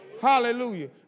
Hallelujah